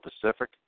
Pacific